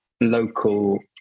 local